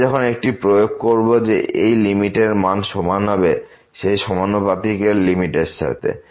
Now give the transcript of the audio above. আমরা যখন একটি প্রয়োগ করব যে এই লিমিটের মান সমান হবে সেই সমানুপাতিকের লিমিটের সাথে